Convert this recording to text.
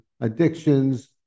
addictions